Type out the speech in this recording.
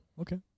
okay